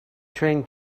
train